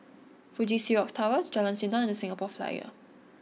Fuji Xerox Tower Jalan Sindor and The Singapore Flyer